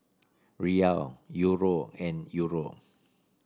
Riyal Euro and Euro